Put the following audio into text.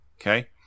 Okay